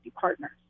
partners